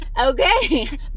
okay